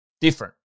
different